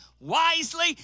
wisely